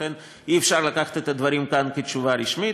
ולכן אי-אפשר לקחת את הדברים כאן כתשובה רשמית,